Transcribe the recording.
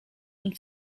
und